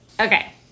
okay